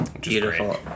Beautiful